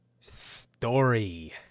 story